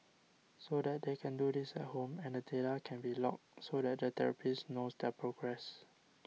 so they can do this at home and the data can be logged so that the therapist knows their progress